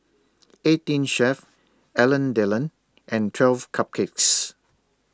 eighteen Chef Alain Delon and twelve Cupcakes